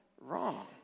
wrong